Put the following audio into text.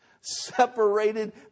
separated